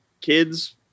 kids